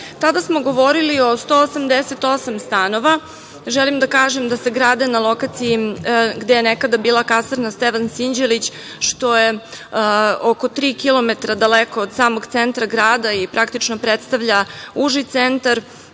Nišu. Tada smo govorili o 188 stanova, želim da kažem da se grade na lokaciji gde je nekada bila kasarna „Stevan Sinđelić“, što je oko tri kilometra daleko od samog centra grada i praktično predstavlja uži centar